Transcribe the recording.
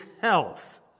health